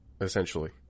Essentially